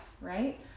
Right